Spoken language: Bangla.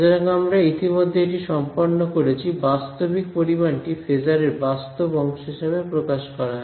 সুতরাং আমরা ইতিমধ্যে এটি সম্পন্ন করেছি বাস্তবিক পরিমাণটি ফেজার এর বাস্তব অংশ হিসেবে প্রকাশ করা হয়